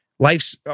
Life's